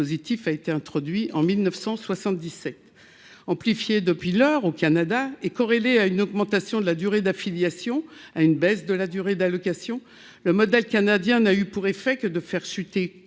a été introduit en 1977 amplifié depuis l'heure au Canada est corrélée à une augmentation de la durée d'affiliation à une baisse de la durée d'allocation le modèle canadien n'a eu pour effet que de faire chuter